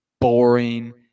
boring